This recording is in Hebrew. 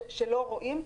רואים אכיפה.